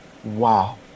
Wow